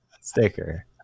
sticker